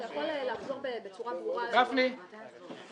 תוכל לחזור בצורה ברורה מה ההיבטים הכלכליים?